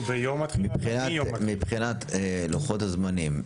מבחינת לוחות הזמנים,